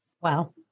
Wow